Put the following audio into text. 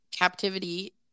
captivity